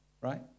right